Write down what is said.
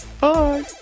Bye